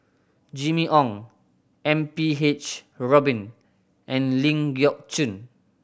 Jimmy Ong M P H Rubin and Ling Geok Choon